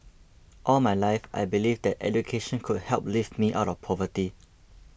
all my life I believed that education could help lift me out of poverty